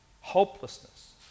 Hopelessness